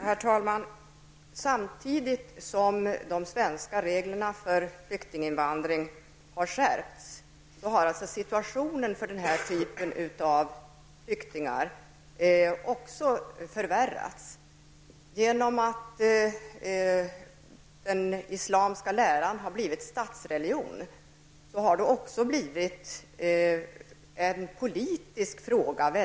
Herr talman! Samtidigt som de svenska reglerna för flyktinginvandring har skärpts har situationen för detta slag av flyktingar förvärrats. Genom att den islamska läran har blivit statsreligion har detta även i mycket hög grad blivit en politisk fråga.